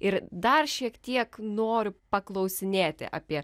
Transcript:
ir dar šiek tiek noriu paklausinėti apie